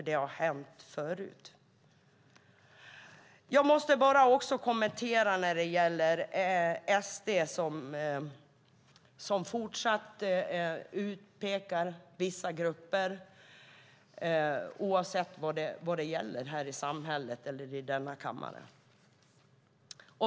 Det har hänt förut. Jag måste bara också kommentera att SD fortsatt pekar ut vissa grupper, oavsett vad det gäller här i samhället eller i denna kammare.